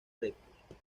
rectos